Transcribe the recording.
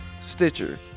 Stitcher